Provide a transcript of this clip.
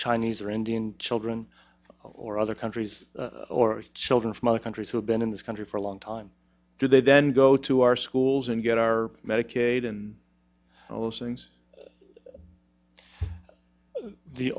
chinese or indian children or other countries or children from other countries who have been in this country for a long time do they then go to our schools and get our medicaid and those things the